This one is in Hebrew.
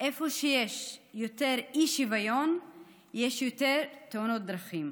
איפה שיש יותר אי-שוויון יש יותר תאונות דרכים,